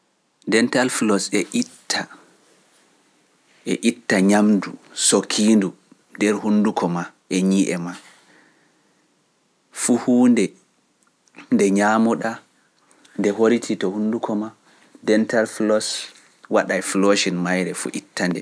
dental floss e itta e itta ñamdu sokiindu nder hunduko ma e ñii e ma fu huunde nde ñaamo ɗa nde horiti to hunduko ma dental floss waɗa e flooche mayre fu ittande nde